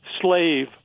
slave